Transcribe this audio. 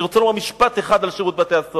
אני רוצה לומר משפט אחד על שירות בתי-הסוהר.